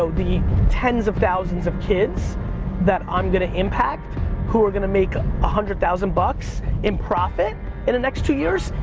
so the tens of thousands of kids that i'm going to impact who are going to make a hundred thousand bucks in profit in the next two years,